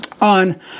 on